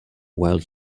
while